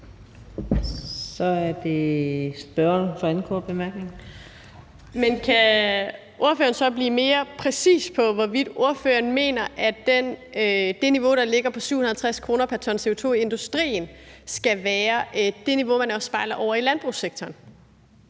Kl. 18:30 Signe Munk (SF): Men kan ordføreren så blive mere præcis på, hvorvidt ordføreren mener, at det niveau, der ligger, på 750 kr. pr. ton CO2 i industrien, skal være det niveau, man også spejler ovre i landbrugssektoren?